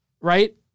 right